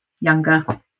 younger